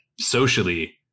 socially